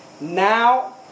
Now